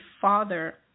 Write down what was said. father